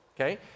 okay